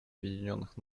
объединенных